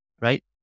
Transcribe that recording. right